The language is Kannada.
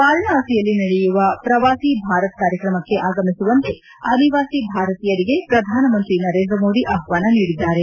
ವಾರಣಾಸಿಯಲ್ಲಿ ನಡೆಯುವ ಪ್ರವಾಸಿ ಭಾರತ್ ಕಾರ್ಯಕ್ರಮಕ್ಕೆ ಆಗಮಿಸುವಂತೆ ಅನಿವಾಸಿ ಭಾರತೀಯರಿಗೆ ಪ್ರಧಾನಮಂತ್ರಿ ನರೇಂದ್ರಮೋದಿ ಆಹ್ವಾನ ನೀಡಿದ್ದಾರೆ